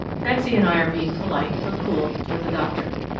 betsy and i are being polite, but cool, toward the doctor.